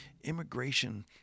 immigration